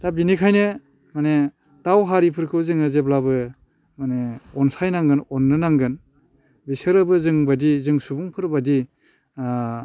दा बिनिखायनो माने दाउ हारिफोरखौ जोङो जेब्लाबो माने अनसायनांगोन अननो नांगोन बेसोरोबो जों बायदि जों सुबुंफोरबादि ओ